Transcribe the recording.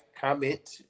comment